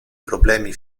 problemi